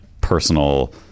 personal